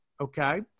Okay